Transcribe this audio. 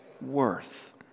worth